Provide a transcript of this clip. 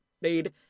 made